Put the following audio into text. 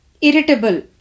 Irritable